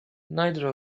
neither